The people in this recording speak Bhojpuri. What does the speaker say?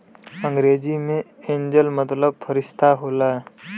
अंग्रेजी मे एंजेल मतलब फ़रिश्ता होला